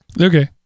okay